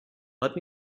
let